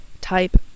type